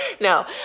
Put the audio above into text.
No